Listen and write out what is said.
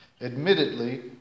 Admittedly